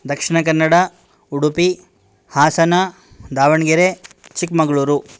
Dakshina Kannada Udupi Hassan Davanagere Chikkamagaluru